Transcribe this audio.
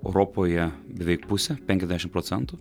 europoje beveik pusę penkiasdešimt procentų